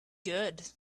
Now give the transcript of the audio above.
good